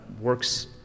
works